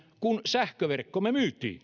kun sähköverkkomme myytiin